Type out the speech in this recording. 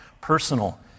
personal